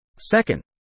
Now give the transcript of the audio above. Second